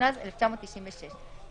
התשנ"ז 1996‏ ,